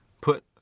put